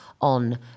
on